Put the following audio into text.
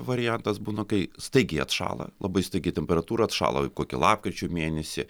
variantas būna kai staigiai atšąla labai staigiai temperatūra atšąla kokį lapkričio mėnesį